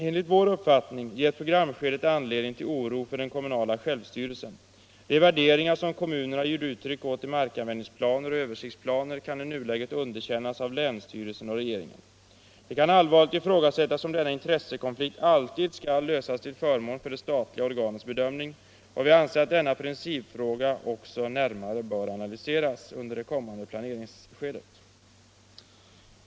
Enligt vår uppfattning ger programskedet anledning till oro för den kommunala självstyrelsen. De värderingar som kommunerna ger uttryck åt i markanvändningsplaner och översiktsplaner kan i nuläget underkännas av länsstyrelsen och regeringen. Det kan allvarligt ifrågasättas om denna intressekonflikt alltid skall lösas till förmån för det statliga organets bedömning. Vi anser att denna principfråga bör närmare analyseras under det kommande planeringsskedet.